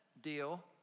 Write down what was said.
deal